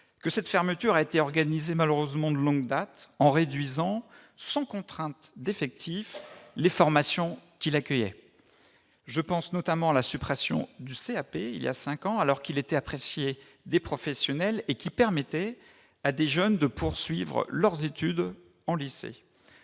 que cette fermeture a été organisée malheureusement de longue date, en réduisant, et sans contrainte d'effectifs, les formations qu'il accueillait. Je pense notamment à la suppression du CAP, il y a cinq ans, alors que cette formation était appréciée des professionnels et qu'elle permettait à des jeunes de poursuivre leurs études en lycée.